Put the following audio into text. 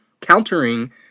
countering